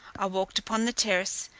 i walked upon the terrace,